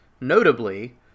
notably